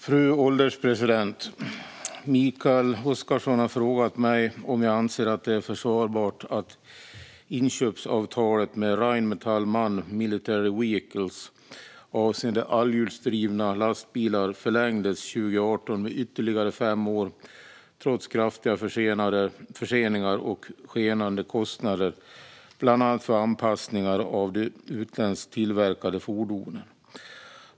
Fru ålderspresident! Mikael Oscarsson har frågat mig om jag anser att det är försvarbart att inköpsavtalet med Rheinmetall MAN Military Vehicles avseende allhjulsdrivna lastbilar förlängdes 2018 med ytterligare fem år trots kraftiga förseningar och skenande kostnader, bland annat för anpassningar av de utländskt tillverkade fordonen.